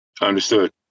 Understood